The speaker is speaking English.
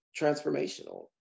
transformational